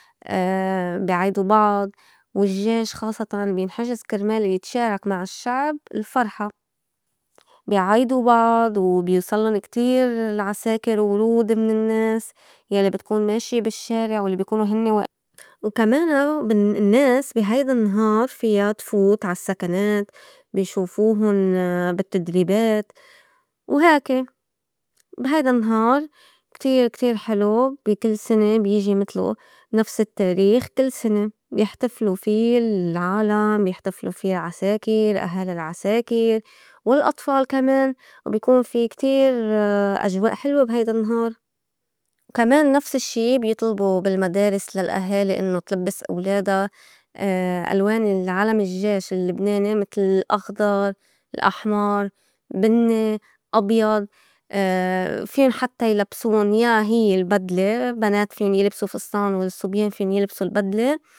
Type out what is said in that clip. بي عيدوا بعض والجّيش خاصّتاً بينحجز كرمال يتشارك مع الشّعب الفرحة. بي عايدو بعض وبيوصلٌ كتير العساكر ورود من النّاس يعني بتكون ماشية بالشّارع والّي بي كونوا هنّي. وكمانَ ب- النّاس بي هيدا النهار فيا تفوت عا سّكنات بي شوفوهُن بالتدريبات وهيكي. بي هيدا النهار كتير- كتير حلو بي كل سنة بيجي متلو نفس التّاريخ كل سنة بيحتفلو في العالم، بيحتفلو في العساكر، أهالي العساكر، والأطفال كمان وبي كون في كتير أجواء حلوة بي هيدا النهار. وكمان نفس الشّي بيطلبو بالمدارس للأهالي إنّو تلبّس ولادا ألوان العلم الجّيش اللّبناني متل الأخضر، الأحمر، بنّي، أبيض، فيُن حتّى يلبسون يا هيّ البدلة بنات فيُن يلبسوا فستان والصبيان فيُن يلبسوا البدلة.